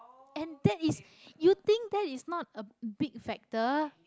and that is you think that is not a big factor